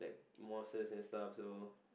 mosques and stuff so